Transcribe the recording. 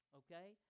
okay